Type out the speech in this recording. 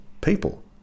people